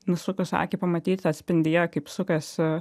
nusukus akį pamatyti atspindyje kaip sukasi